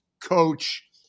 coach